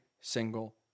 single